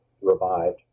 revived